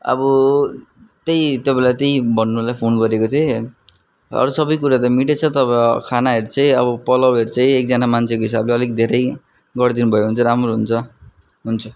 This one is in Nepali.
अब त्यही तपाईँलाई त्यही भन्नुलाई फोन गरेको थिएँ अरू सबै कुरा त मिठै छ तर खानाहरू चाहिँ अब पलावहरू चाहिँ एकजना मान्छेको हिसाबले अलिक धेरै गरिदिनु भयो भने राम्रो हुन्छ हुन्छ